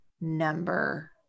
number